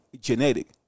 genetic